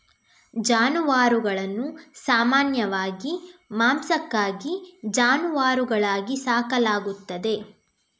ಜಾನುವಾರುಗಳನ್ನು ಸಾಮಾನ್ಯವಾಗಿ ಮಾಂಸಕ್ಕಾಗಿ ಜಾನುವಾರುಗಳಾಗಿ ಸಾಕಲಾಗುತ್ತದೆ